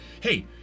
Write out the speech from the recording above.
Hey